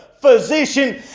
physician